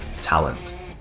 talent